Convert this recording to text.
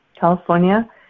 California